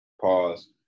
pause